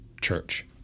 church